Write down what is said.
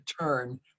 turn